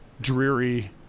dreary